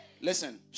Listen